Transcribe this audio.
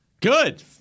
Good